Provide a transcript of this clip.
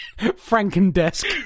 Franken-desk